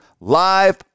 live